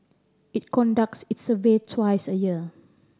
it conducts its survey twice a year